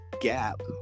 gap